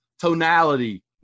tonality